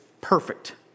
perfect